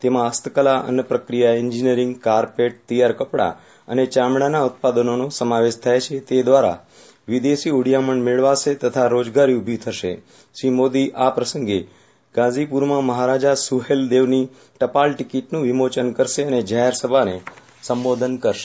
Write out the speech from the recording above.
તેમાં હસ્તકલા અન્નપ્રક્રિયા એન્જીનિયરીંગ કારપેટ તૈયાર કપડાં અને ચામડાનાં ઉત્પાદનોનો સમાવેશ થાય છે તે દ્વારા વિદેશી હુંડીયામણ મેળવાશે તથા રોજગારી ઊભી થશે શ્રી મોદી આ પ્રસંગે ગાઝીપુરમાં મહારાજા સુહેલદેવની ટપાલ ટિકીટનું વિમોચન કરશે અને જાહેરસભાને સંબોધન કરશે